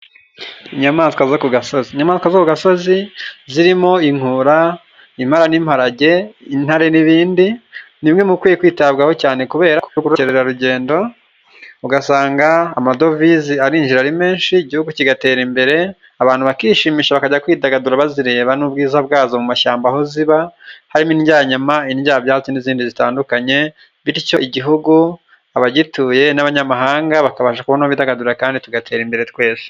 Inyamaswa zo ku gasozi, inyamaswa zo ku gasozi zirimo inkura, impara n'imparage, intare n'ibindi, nimwe mu bikwiye kwitabwaho cyane kubera ubukerarugendo ugasanga amadovize arinjira ari menshi igihugu kigatera imbere, abantu bakishimisha bakajya kwidagadura bazireba n'ubwiza bwazo mu mashyamba aho ziba, harimo indyanyama, indyabyatsi n'izindi zitandukanye, bityo igihugu abagituye n'abanyamahanga bakabasha kubona aho bidagadurira kandi tugatera imbere twese.